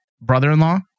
Brother-in-law